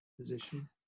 position